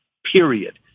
period.